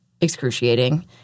excruciating